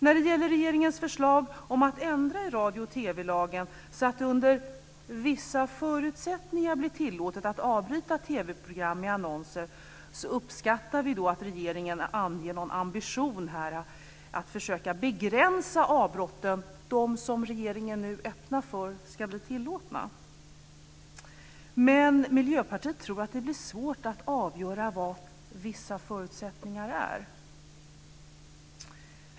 När det gäller regeringens förslag att ändra i radio och TV-lagen så att det under vissa förutsättningar blir tillåtet att avbryta TV-program med annonser uppskattar vi att regeringen anger någon ambition att försöka begränsa avbrotten, de som regeringen nu öppnar för ska bli tillåtna. Men Miljöpartiet tror att det blir svårt att avgöra vad "vissa förutsättningar" är.